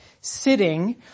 sitting